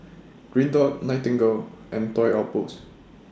Green Dot Nightingale and Toy Outpost